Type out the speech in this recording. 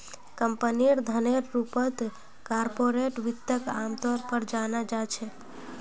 कम्पनीर धनेर रूपत कार्पोरेट वित्तक आमतौर पर जाना जा छे